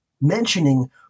mentioning